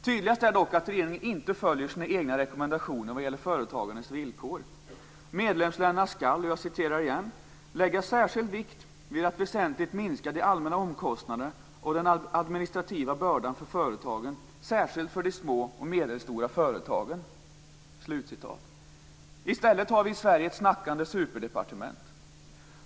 Tydligast är dock att regeringen inte följer sina egna rekommendationer när det gäller företagarnas villkor. Medlemsländerna skall, står det, lägga särskild vikt vid att väsentligt minska de allmänna omkostnader och den administrativa bördan för företagen, särskilt för de små och medelstora företagen. I stället har vi i Sverige ett snackande superdepartement.